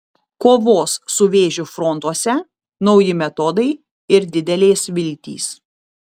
kovos su vėžiu frontuose nauji metodai ir didelės viltys